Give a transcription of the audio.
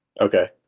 Okay